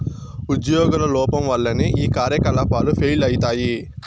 ఉజ్యోగుల లోపం వల్లనే ఈ కార్యకలాపాలు ఫెయిల్ అయితయి